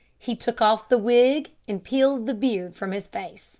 he took off the wig and peeled the beard from his face